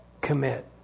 commit